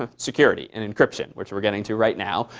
ah security and encryption, which we're getting to right now.